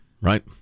Right